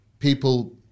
People